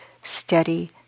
steady